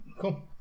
cool